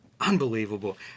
Unbelievable